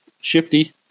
Shifty